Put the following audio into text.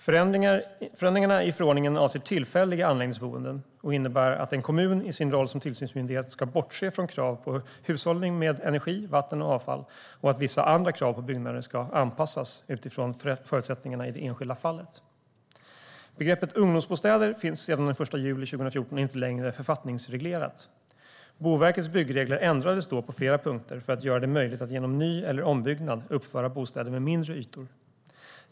Förändringarna i förordningen avser tillfälliga anläggningsboenden och innebär att en kommun i sin roll som tillsynsmyndighet ska bortse från krav på hushållning med energi, vatten och avfall, och att vissa andra krav på byggnader ska anpassas till förutsättningarna i det enskilda fallet. Begreppet ungdomsbostäder finns sedan den 1 juli 2014 inte längre författningsreglerat. Boverkets byggregler ändrades då på flera punkter för att göra det möjligt att genom ny eller ombyggnad uppföra bostäder med mindre ytor.